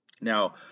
Now